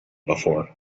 before